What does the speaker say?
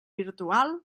virtual